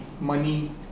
money